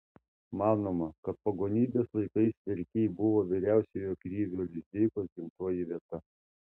manoma kad pagonybės laikais verkiai buvo vyriausiojo krivio lizdeikos gimtoji vieta